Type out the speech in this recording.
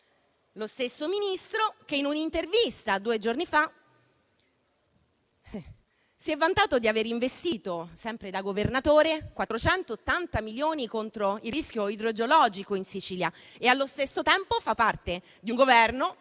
lo stesso Ministro che, in un'intervista due giorni fa, si è vantato di aver investito, sempre da governatore, 480 milioni contro il rischio idrogeologico in Sicilia e allo stesso tempo fa parte di un Governo che impegna 14 miliardi